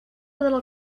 little